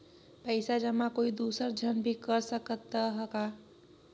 पइसा जमा कोई दुसर झन भी कर सकत त ह का?